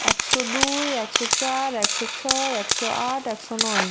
একশো দুই একশো চার একশো ছয় একশো আট একশো নয়